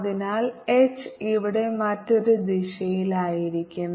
അതിനാൽ എച്ച് ഇവിടെ മറ്റൊരു ദിശയിലായിരിക്കും